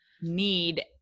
need